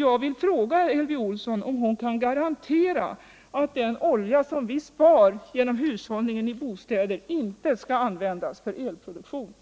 Jag vill fråga Elvy Olsson om hon kan garantera att den olja vi spar genom hushållning i bostäder inte skall användas för elproduktion.